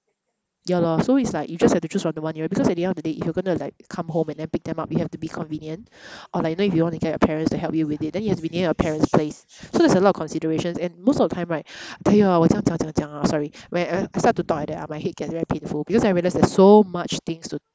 ya lor so it's like you just have to choose from the one nearer because at the end of the day if you're going to like come home and then pick them up it have to be convenient or like you know if you want to get your parents to help you with it then it has to be near your parents' place so there's a lot of considerations and most of the time right tell you ah 我这样讲讲讲 ah sorry when I I start to talk like that ah my head gets very painful because I realise there's so much things to